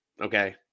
Okay